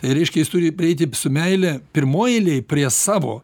reiškia jis turi prieiti su meile pirmoj eilėj prie savo